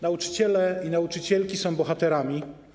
Nauczyciele i nauczycielki są bohaterami.